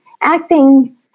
acting